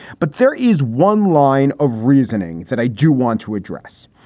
but there is one line of reasoning that i do want to address,